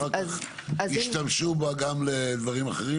אחר כך השתמשו בה גם לדברים אחרים.